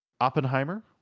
Oppenheimer